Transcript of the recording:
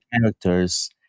characters